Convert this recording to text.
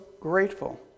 grateful